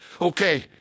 Okay